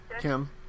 kim